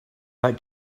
that